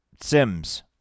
Sims